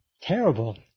terrible